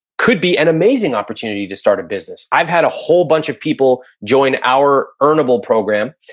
could be an amazing opportunity to start a business. i've had a whole bunch of people join our earnable program,